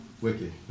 wicked